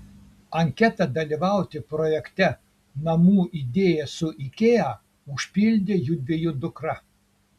anketą dalyvauti projekte namų idėja su ikea užpildė judviejų dukra